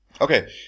Okay